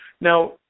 Now